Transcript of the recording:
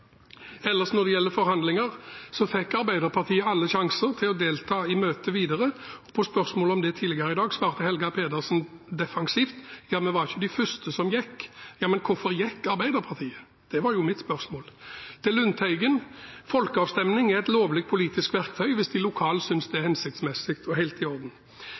Når det gjelder forhandlinger, fikk Arbeiderpartiet alle sjanser til å delta i møtet videre. På spørsmål om det tidligere i dag svarte Helge Pedersen defensivt: De var ikke de første som gikk. Ja, men hvorfor gikk Arbeiderpartiet? Det var mitt spørsmål. Til Lundteigen: Folkeavstemning er et lovlig politisk verktøy hvis man lokalt synes det er hensiktsmessig og helt i orden.